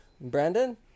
Brandon